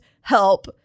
help